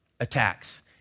attacks